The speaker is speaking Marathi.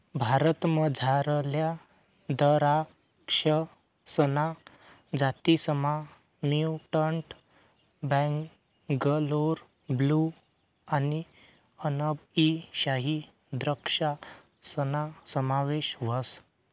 भारतमझारल्या दराक्षसना जातीसमा म्युटंट बेंगलोर ब्लू आणि अनब ई शाही द्रक्षासना समावेश व्हस